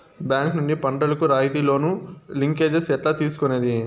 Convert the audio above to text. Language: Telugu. బ్యాంకు నుండి పంటలు కు రాయితీ లోను, లింకేజస్ ఎట్లా తీసుకొనేది?